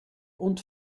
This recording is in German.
und